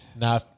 Now